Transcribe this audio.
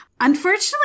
Unfortunately